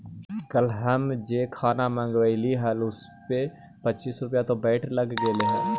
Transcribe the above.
कल हम जे खाना मँगवइली हल उसपे पच्चीस रुपए तो वैट के लगलइ हल